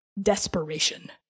desperation